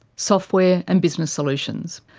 software and business solutions.